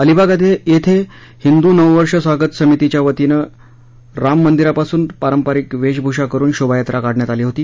अलिबाग येथे हिंदू नववर्ष स्वागत समितीच्यावतीने राम मंदिरापासून पारंपारिक वेषभूषा करून शोभायात्रा काढण्यात आली होती